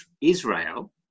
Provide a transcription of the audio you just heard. Israel